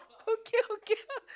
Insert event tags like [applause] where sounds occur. okay okay [laughs]